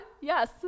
yes